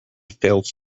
fails